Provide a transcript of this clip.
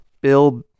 Bill